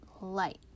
light